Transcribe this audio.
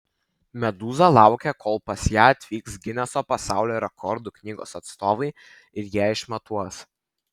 medūza laukia kol pas ją atvyks gineso pasaulio rekordų knygos atstovai ir ją išmatuos